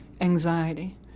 anxiety